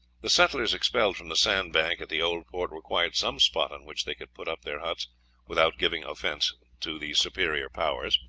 the settlers expelled from the sandbank at the old port required some spot on which they could put up their huts without giving offence to the superior powers.